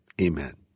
Amen